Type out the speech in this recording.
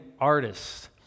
artists